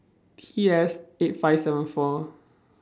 T S eight five seven four